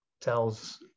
tells